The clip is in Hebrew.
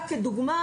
רק כדוגמה